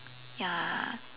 ya